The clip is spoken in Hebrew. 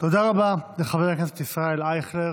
תודה רבה לחבר הכנסת ישראל אייכלר.